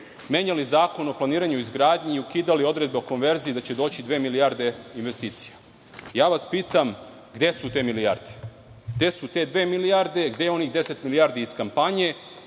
menjali Zakon o planiranju i izgradnji i ukidali odredbe o konverziji da će doći dve milijarde investicija. Ja vas pitam – gde su te milijarde? Gde su te dve milijarde, gde je onih 10 milijardi iz kampanje